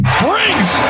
brings